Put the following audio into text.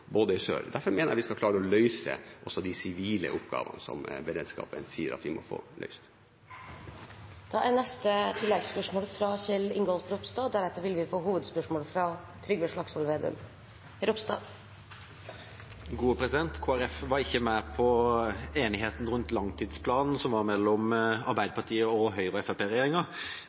sør. Derfor mener jeg vi skal klare å løse også de sivile oppgavene som beredskapen sier at vi må få løst. Kjell Ingolf Ropstad – til oppfølgingsspørsmål. Kristelig Folkeparti var ikke med på enigheten rundt langtidsplanen, som var mellom Arbeiderpartiet og Høyre–Fremskrittspartiet-regjeringa. Vi mente at Hæren og